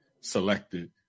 selected